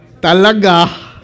Talaga